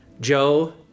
Joe